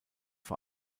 vor